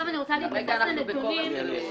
כרגע אנחנו בכובע של חקיקה.